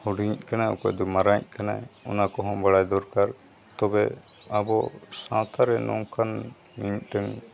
ᱦᱩᱰᱤᱧ ᱤᱡ ᱠᱟᱱᱟᱭ ᱚᱠᱚᱭ ᱫᱚ ᱢᱟᱨᱟᱝ ᱤᱡ ᱠᱟᱱᱟᱭ ᱚᱱᱟ ᱠᱚᱦᱚᱸ ᱵᱟᱲᱟᱭ ᱫᱚᱨᱠᱟᱨ ᱛᱚᱵᱮ ᱟᱵᱚ ᱥᱟᱶᱛᱟ ᱨᱮ ᱱᱚᱝᱠᱟᱱ ᱢᱤᱢᱤᱫᱴᱟᱝ